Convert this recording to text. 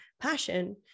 passion